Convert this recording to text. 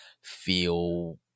feel